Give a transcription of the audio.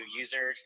user